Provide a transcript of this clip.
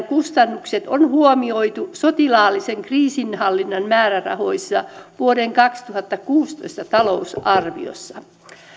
kustannukset on huomioitu sotilaallisen kriisinhallinnan määrärahoissa vuoden kaksituhattakuusitoista talousarviossa